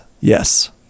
Yes